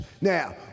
Now